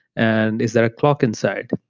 and is there a clock inside?